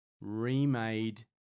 remade